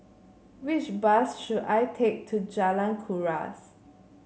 which bus should I take to Jalan Kuras